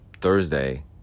Thursday